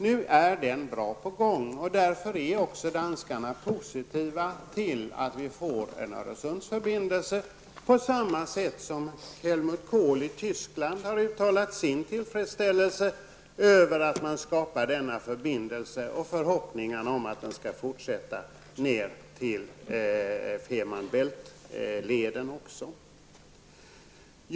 Nu är en sådan på gång, och därför är också danskarna positiva till att det blir en Öresundsförbindelse, på samma sätt som Helmut Kohl i Tyskland har uttalat sin tillfredsställelse över att man skapar denna förbindelse och sina förhoppningar om att den skall fortsätta ned till Femer Bælt-leden också.